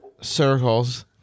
circles